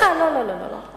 לא שלך, לא, לא, לא.